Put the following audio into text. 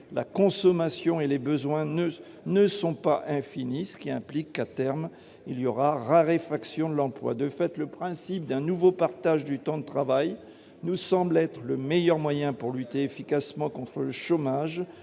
la consommation et les besoins ne sont pas infinis, ce qui implique, à terme, la raréfaction de l'emploi. Un nouveau partage du temps de travail nous semble donc le meilleur moyen de lutter efficacement contre le chômage